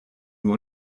nur